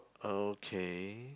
okay